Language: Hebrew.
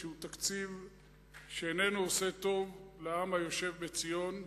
שהוא תקציב שאיננו עושה טוב לעם היושב בציון,